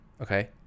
okay